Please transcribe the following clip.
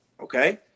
Okay